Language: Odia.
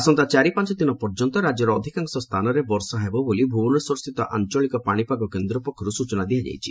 ଆସନ୍ତା ଚାରି ପାଞ୍ଚଦିନ ପର୍ଯ୍ୟନ୍ତ ରାଜ୍ୟର ଅଧିକାଂଶ ସ୍ଥାନରେ ବର୍ଷା ହେବ ବୋଲି ଭୁବନେଶ୍ୱରସ୍ଥିତ ଆଞ୍ଚଳିକ ପାଶିପାଗ କେନ୍ଦ୍ର ପକ୍ଷରୁ ସୂଚନା ଦିଆଯାଇଛି